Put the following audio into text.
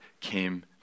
came